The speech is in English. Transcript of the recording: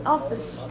Office